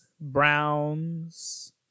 browns